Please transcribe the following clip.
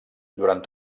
durant